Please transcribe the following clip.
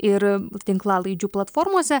ir tinklalaidžių platformose